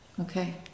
Okay